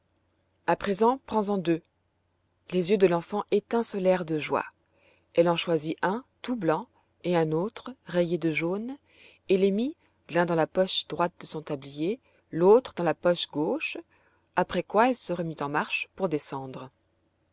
a présent prends-en deux les yeux de l'enfant étincelèrent de joie elle en choisit un tout blanc et un autre rayé de jaune et les mit l'un dans la poche droite de son tablier l'autre dans la poche gauche après quoi elle se remit en marche pour descendre